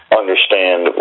understand